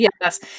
Yes